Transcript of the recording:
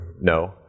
No